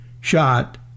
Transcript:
shot